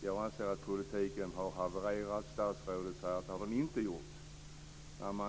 Jag anser att politiken har havererat. Statsrådet säger att den inte har gjort det.